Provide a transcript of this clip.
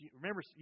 remember